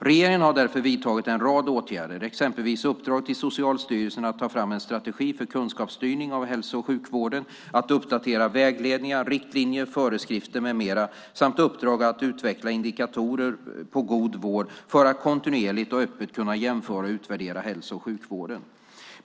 Regeringen har därför vidtagit en rad åtgärder, exempelvis uppdrag till Socialstyrelsen att ta fram en strategi för kunskapsstyrning av hälso och sjukvården, att uppdatera vägledningar, riktlinjer, föreskrifter med mera samt uppdrag att utveckla indikatorer på god vård för att kontinuerligt och öppet kunna jämföra och utvärdera hälso och sjukvården.